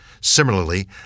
Similarly